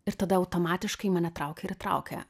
ir tada automatiškai mane traukia ir traukia